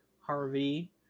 Harvey